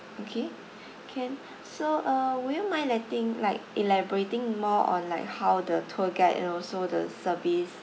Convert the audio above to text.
okay can so uh would you mind letting like elaborating more on like how the tour guide and also the service